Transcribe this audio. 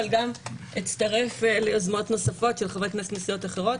אבל גם אצטרף ליוזמות נוספות של חברי כנסת מסיעות אחרות.